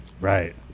Right